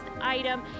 item